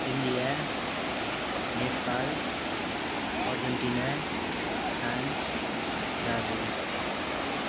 India Nepal Argentina France Brazil